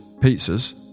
pizzas